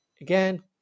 again